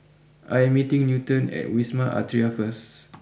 I am meeting Newton at Wisma Atria first